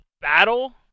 battle